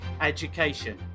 education